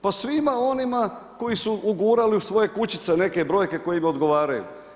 Pa svima onima koji su ugurali u svoje kućice neke brojke koje im odgovaraju.